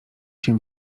się